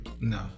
No